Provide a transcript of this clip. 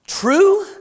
True